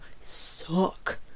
suck